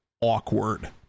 awkward